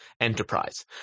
enterprise